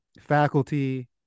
faculty